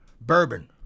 bourbon